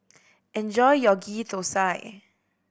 enjoy your Ghee Thosai